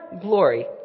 glory